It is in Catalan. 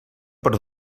per